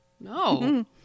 No